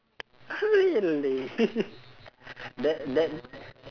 ah really that that